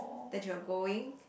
that you are going